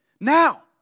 Now